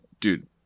dude